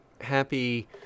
happy